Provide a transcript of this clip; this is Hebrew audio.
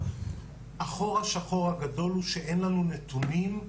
החור השחור הגדול הוא שאין לנו נתונים,